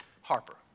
Harper